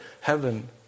heaven